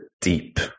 deep